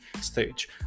stage